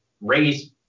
raise